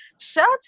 Shut